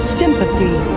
sympathy